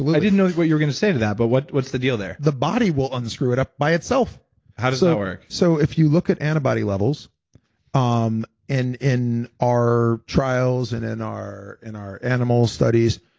i didn't know what you're going to say to that but what's the deal there? the body will unscrew it up by itself how does that work? so if you look at antibody levels um in in our trials and in our in our animal studies,